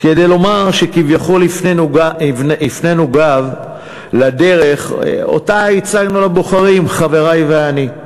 כדי לומר שכביכול הפנינו גב לדרך שהצגנו לבוחרים חברי ואני.